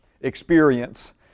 experience